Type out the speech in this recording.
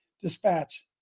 dispatch